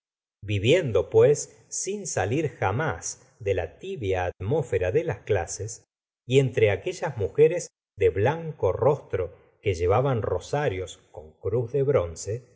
viviendo pues sin salir jamás de la tibia atmósfera de las clases y entre aquellas mujeres de blanco rostro que llevaban rosarios con cruz de bronce